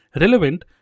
relevant